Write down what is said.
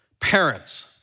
Parents